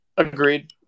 Agreed